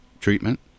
treatment